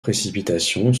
précipitations